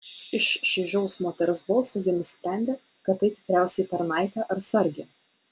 iš šaižaus moters balso ji nusprendė kad tai tikriausiai tarnaitė ar sargė